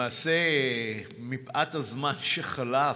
למעשה, מפאת הזמן שחלף,